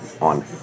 on